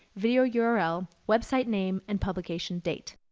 video yeah url, website name and publication date.